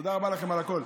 תודה רבה לכם על הכול.